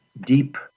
deep